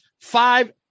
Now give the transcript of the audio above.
five